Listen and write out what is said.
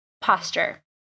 posture